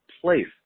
place